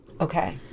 Okay